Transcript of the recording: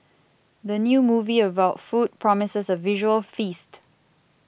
the new movie about food promises a visual feast